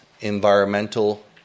environmental